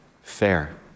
fair